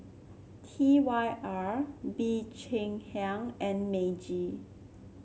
T Y R Bee Cheng Hiang and Meiji